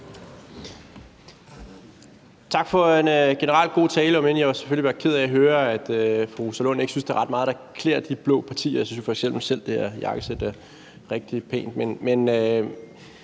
Tak for en generelt god tale, om end jeg selvfølgelig var ked af at høre, at fru Rosa Lund ikke synes, at der er ret meget, der klæder de blå partier. Jeg synes f.eks. selv, at det her jakkesæt er rigtig pænt.